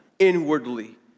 inwardly